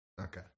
okay